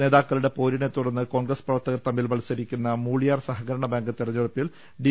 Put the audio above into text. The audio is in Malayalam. നേതാക്കളുടെ പോരിനെ തുടർന്ന് കോൺഗ്രസ് പ്രവർത്തകർ തമ്മിൽ മത്സരിക്കുന്ന മൂളിയാർ സഹകരണ ബാങ്ക് തെരഞ്ഞെടുപ്പിൽ ഡി